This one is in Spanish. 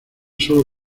salón